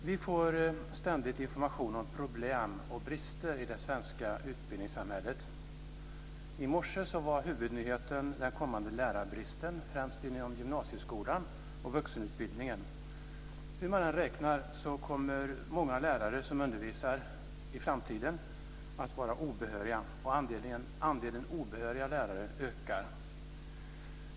Herr talman! Vi får ständigt information om problem och brister i det svenska utbildningssamhället. I morse var huvudnyheten den kommande lärarbristen, främst inom gymnasieskolan och vuxenutbildningen. Hur man än räknar kommer många lärare som undervisar i framtiden att vara obehöriga, och andelen obehöriga lärare ökar.